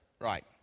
right